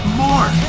more